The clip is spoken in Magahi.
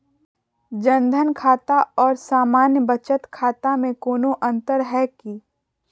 जन धन खाता और सामान्य बचत खाता में कोनो अंतर है की?